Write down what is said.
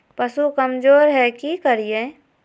पशु कमज़ोर है कि करिये?